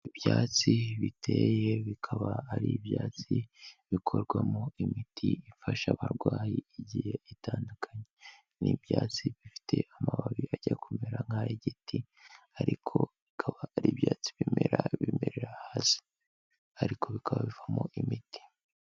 Ibyatsi biteye bikaba ari ibyatsi bikorwamo imiti ifasha abarwayi igiye itandukanye n'ibyatsi bifite amababi ajya kumera nk'ay'igiti, ariko bikaba ari ibyatsi bimera bimerera hasi ariko bikaba bivamo imiti.